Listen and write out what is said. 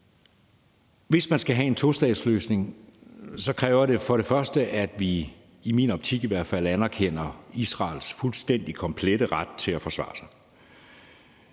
Hvis man skal have en tostatsløsning, kræver det først og fremmest, at vi, i min optik i hvert fald, anerkender Israels fuldstændig komplette ret til at forsvare sig.